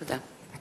תודה.